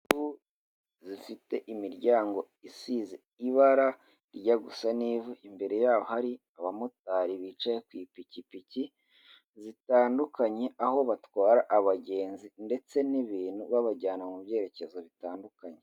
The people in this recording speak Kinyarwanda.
Inzu zifite imiryango isize ibara rijya gusa nk'ivu, imbere yaho hari abamotari bicaye ku ipikipiki zitandukanye aho batwara abagenzi ndetse n'ibintu babajyana mu byerekezo bitandukanye.